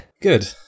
Good